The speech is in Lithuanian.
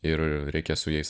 ir reikia su jais